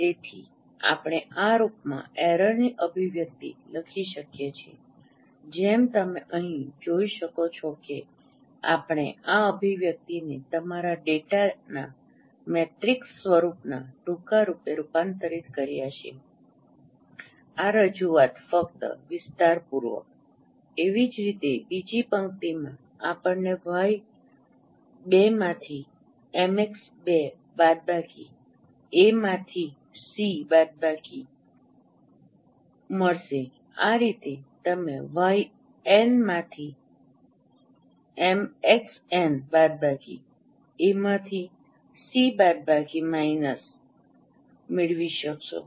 તેથી આપણે આ રૂપમાં એરરની અભિવ્યક્તિ લખી શકીએ છીએ જેમ તમે અહીં જોઈ શકો છો કે આપણે આ અભિવ્યક્તિને તમારા ડેટાના મેટ્રિક્સ સ્વરૂપના ટૂંકા રૂપે રૂપાંતરિત કર્યા છે આ રજૂઆત ફક્ત વિસ્તારપૂર્વક એવી જ રીતે બીજી પંક્તિમાં આપણને વાય 2 માંથી એમએક્સ 2 બાદબાકીમાઈનસ એ માંથી સી બાદબાકીમાઇનસ મળશે અને આ રીતે તમે વાય એન માંથી એમએક્સ એન બાદબાકીમાઈનસ એ માંથી સી બાદબાકીમાઈનસ મેળવી શકશો